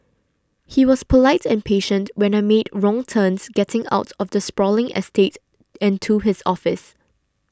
he was polite and patient when I made wrong turns getting out of the sprawling estate and to his office